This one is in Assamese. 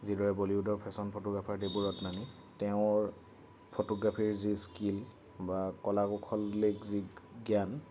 যিদৰে বলীউডৰ ফেশ্বন ফটোগ্ৰাফাৰ ডেবু ৰটনানী তেওঁৰ ফটোগ্ৰাফীৰ যি স্কীল বা কলা কৌশলীক যি জ্ঞান